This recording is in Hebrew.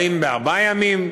באים ארבעה ימים,